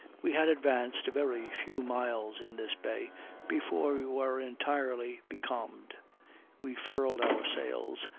we had advanced a very few miles in this bay before we were entirely becalmed we furled our sails,